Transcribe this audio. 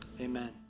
amen